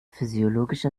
physiologischer